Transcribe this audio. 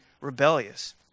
rebellious